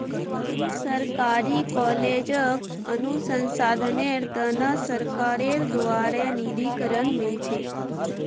सरकारी कॉलेजक अनुसंधानेर त न सरकारेर द्बारे निधीकरण मिल छेक